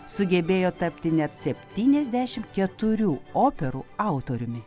sugebėjo tapti net septyniasdešimt keturių operų autoriumi